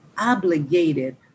obligated